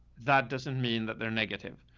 that doesn't mean that they're negative.